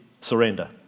surrender